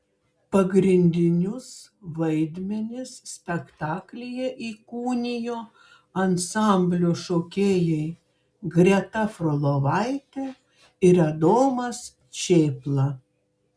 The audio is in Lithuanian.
pagrindinius vaidmenis spektaklyje įkūnijo ansamblio šokėjai greta frolovaitė ir adomas čėpla